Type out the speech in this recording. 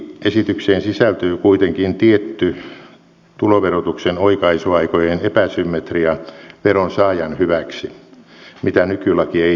lakiesitykseen sisältyy kuitenkin tietty tuloverotuksen oikaisuaikojen epäsymmetria veronsaajan hyväksi mitä nykylaki ei sisällä